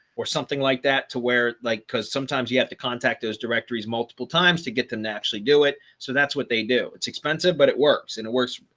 or something like that, to where like, because sometimes you have to contact those directories multiple times to get them to actually do it. so that's what they do. it's expensive, but it works. and it works,